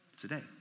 today